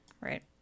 right